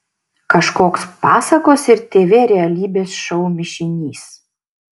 kažkoks pasakos ir tv realybės šou mišinys